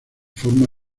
forma